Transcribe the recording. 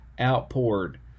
outpoured